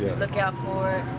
look out for it.